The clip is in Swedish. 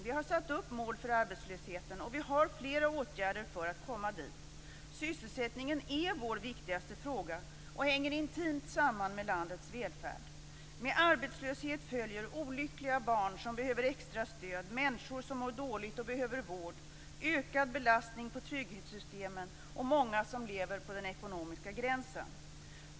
Vi har satt upp mål för arbetslösheten, och vi har genomfört flera åtgärder för att komma dit. Sysselsättningen är vår viktigaste fråga och hänger intimt samman med landets välfärd. Med arbetslöshet följer olyckliga barn som behöver extra stöd, människor som mår dåligt och behöver vård, ökad belastning på trygghetssystemen och många som lever på den ekonomiska gränsen.